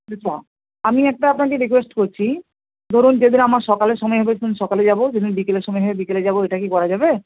আচ্ছা আমি একটা আপনাকে রিকোয়েস্ট করছি ধরুন যেদিন আমার সকালে সময় হবে সেদিন সকালে যাব যেদিন বিকেলে সময় হবে বিকেলে যাব এটা কি করা যাবে